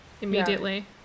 immediately